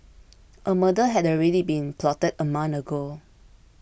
a murder had already been plotted a month ago